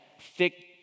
thick